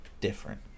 different